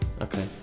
Okay